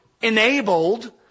Enabled